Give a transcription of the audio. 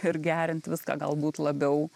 ir gerint viską galbūt labiau